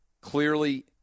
Clearly